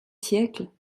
siècle